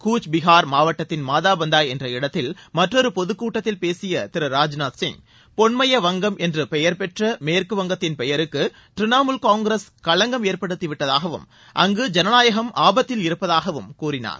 கூச்பீகார் மாவட்டத்தின் மாதாபந்தா என்ற இடத்தில் மற்றொரு பொதுக்கூட்டத்தில் பேசிய திரு ராஜ்நாத் சிய் பொன்மய வங்கம் என்று பெயர் பெற்ற மேற்கு வங்கத்தின் பெயருக்கு திரிணமுல் காங்கிரஸ் களங்கம் ஏற்படுத்தி விட்டதாகவும் அங்கு ஜனநாயகம் ஆபத்தில் இருப்பதாகவும் கூறினார்